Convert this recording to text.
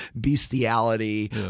bestiality